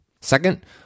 Second